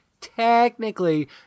technically